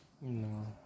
No